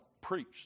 preach